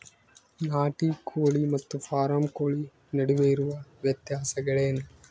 ನಾಟಿ ಕೋಳಿ ಮತ್ತು ಫಾರಂ ಕೋಳಿ ನಡುವೆ ಇರುವ ವ್ಯತ್ಯಾಸಗಳೇನು?